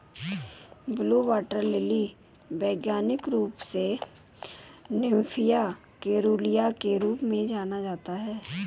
blue water lily वैज्ञानिक रूप से निम्फिया केरूलिया के रूप में जाना जाता है